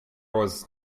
was